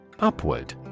Upward